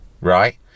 right